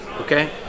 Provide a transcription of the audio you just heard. okay